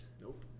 Nope